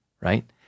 right